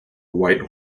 white